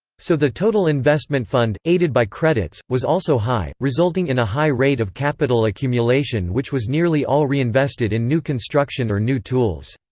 so the total investment fund, aided by credits was also high, resulting in a high rate of capital accumulation which was nearly all reinvested in new construction or new tools.